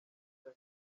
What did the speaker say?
cya